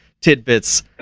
tidbits